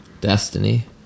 destiny